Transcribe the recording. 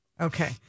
Okay